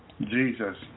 Jesus